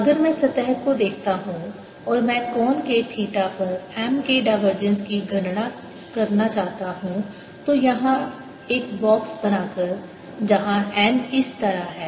अगर मैं सतह को देखता हूं और मैं कोण के थीटा पर M के डाइवर्जेंस की गणना करना चाहता हूं तो यहां एक बॉक्स बनाकर जहां n इस तरह है